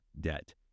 debt